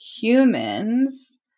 humans